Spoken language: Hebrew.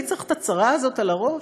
מי צריך את הצרה הזאת על הראש?